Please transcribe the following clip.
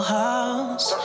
house